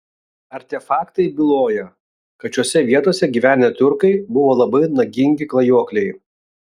artefaktai byloja kad šiose vietose gyvenę tiurkai buvo labai nagingi klajokliai